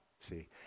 See